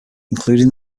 including